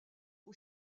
aux